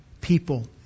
people